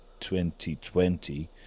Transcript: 2020